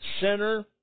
center